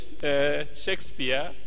Shakespeare